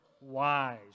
wise